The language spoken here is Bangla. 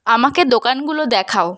আমাকে দোকানগুলো দেখাও